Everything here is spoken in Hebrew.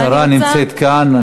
השרה נמצאת כאן.